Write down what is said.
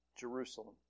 Jerusalem